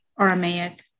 Aramaic